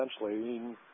essentially